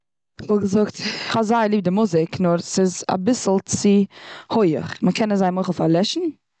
כ'וואלט געזאגט כ'האב זייער ליב די מוזיק. נאר ס'איז אביסל צו הויעך. מ'קען עס זיי מוחל פארלעשן?